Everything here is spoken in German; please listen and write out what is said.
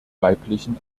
weiblichen